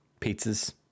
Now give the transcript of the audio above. Pizzas